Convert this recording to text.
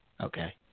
Okay